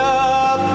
up